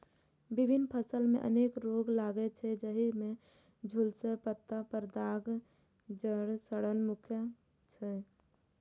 विभिन्न फसल मे अनेक रोग लागै छै, जाहि मे झुलसा, पत्ता पर दाग, धड़ सड़न मुख्य छै